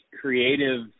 creative